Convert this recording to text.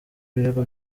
ibirego